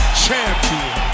champion